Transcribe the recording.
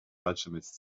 alchemist